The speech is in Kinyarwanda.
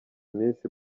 iminsi